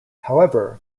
however